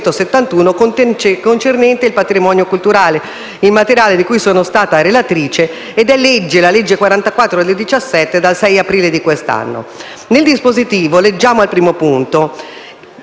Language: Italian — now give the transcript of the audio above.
Nel dispositivo leggiamo al primo punto